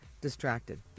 distracted